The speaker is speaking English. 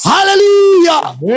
Hallelujah